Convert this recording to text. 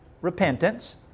Repentance